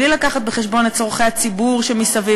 בלי להביא בחשבון את צורכי הציבור שמסביב.